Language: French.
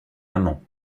amant